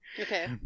okay